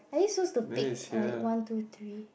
are you so stupid like one two three